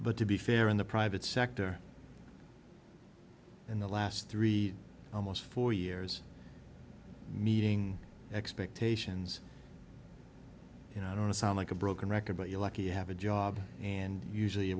but to be fair in the private sector in the last three almost four years meeting expectations you know i don't sound like a broken record but you lucky have a job and usually you